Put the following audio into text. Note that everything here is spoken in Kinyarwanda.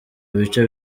bice